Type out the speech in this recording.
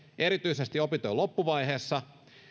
erityisesti opintojen loppuvaiheessa